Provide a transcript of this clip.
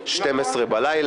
שולחים אתכם